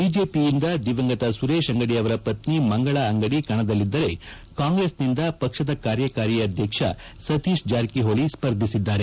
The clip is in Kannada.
ಬಿಜೆಪಿಯಿಂದ ದಿವಂಗತ ಸುರೇಶ್ ಅಂಗಡಿ ಅವರ ಪತ್ನಿ ಮಂಗಳಾ ಅಂಗಡಿ ಕಣದಲ್ಲಿದ್ದರೆ ಕಾಂಗ್ರೆಸ್ ಕಾರ್ಯಕಾರಿ ಅಧ್ಯಕ್ಷ ಸತೀಶ್ ಜಾರಕಿಹೊಳಿ ಸ್ವರ್ಧಿಸಿದ್ದಾರೆ